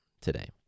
today